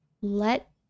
let